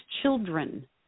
children